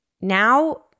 Now